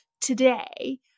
today